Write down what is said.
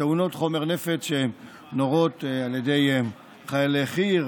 טעונות חומר נפץ שנורות על ידי חיילי חי"ר,